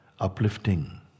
uplifting